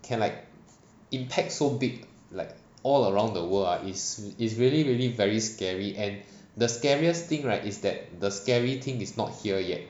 can like impact so big like all around the world ah is is really really very scary and the scariest thing right is that the scary thing is not here yet